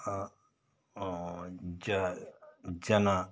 ಜ ಜನ